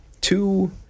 Two